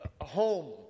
home